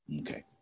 Okay